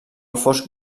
fosc